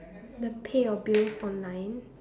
the pay your bills online